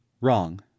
Wrong